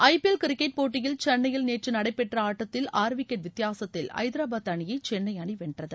ஐ P L cricket போட்டியில் சென்னையில் நேற்று நடைபெற்ற ஆட்டத்தில் ஆறு விக்கெட் வித்தியாசத்தில் ஐதரபாத் அணியை சென்னை அணி வென்றது